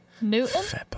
Newton